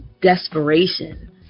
desperation